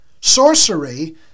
Sorcery